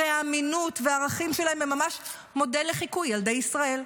הרי האמינות והערכים שלהם הם ממש מודל לחיקוי ילדי ישראל.